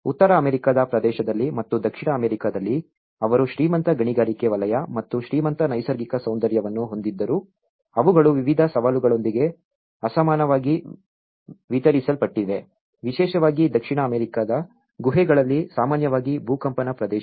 ಉತ್ತರ ಅಮೆರಿಕಾದ ಪ್ರದೇಶದಲ್ಲಿ ಮತ್ತು ದಕ್ಷಿಣ ಅಮೆರಿಕಾದಲ್ಲಿ ಅವರು ಶ್ರೀಮಂತ ಗಣಿಗಾರಿಕೆ ವಲಯ ಮತ್ತು ಶ್ರೀಮಂತ ನೈಸರ್ಗಿಕ ಸೌಂದರ್ಯವನ್ನು ಹೊಂದಿದ್ದರೂ ಅವುಗಳು ವಿವಿಧ ಸವಾಲುಗಳೊಂದಿಗೆ ಅಸಮಾನವಾಗಿ ವಿತರಿಸಲ್ಪಟ್ಟಿವೆ ವಿಶೇಷವಾಗಿ ದಕ್ಷಿಣ ಅಮೆರಿಕಾದ ಗುಹೆಗಳಲ್ಲಿ ಸಾಮಾನ್ಯವಾಗಿ ಭೂಕಂಪನ ಪ್ರದೇಶ